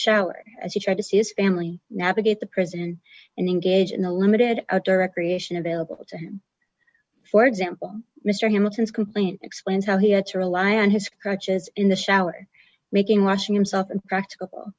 shower as he tried to see his family navigate the prison and engage in a limited outdoor recreation available to him for example mr hamilton's complaint explains how he had to rely on his crutches in the shower making washing him self and practical